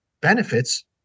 benefits